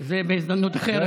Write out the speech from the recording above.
את זה בהזדמנות אחרת.